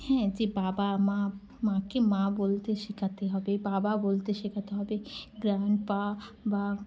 হ্যাঁ যে বাবা মা মাকে মা বলতে শেখাতে হবে বাবা বলতে শেখাতে হবে গ্রান্ডপা বা